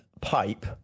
pipe